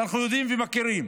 אנחנו יודעים ומכירים.